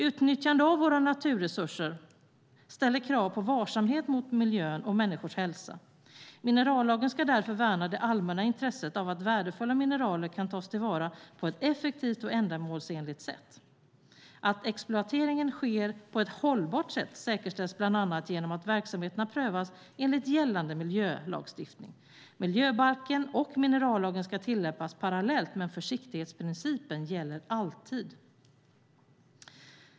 Utnyttjande av våra naturresurser ställer krav på varsamhet mot miljö och människors hälsa. Minerallagen ska därför värna det allmänna intresset av att värdefulla mineraler kan tas till vara på ett effektivt och ändamålsenligt sätt. Att exploateringen sker på ett hållbart sätt säkerställs bland annat genom att verksamheterna prövas enligt gällande miljölagstiftning. Miljöbalken och minerallagen ska tillämpas parallellt, men försiktighetsprincipen gäller alltid.